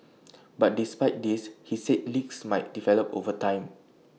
but despite this he said leaks might develop over time